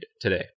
today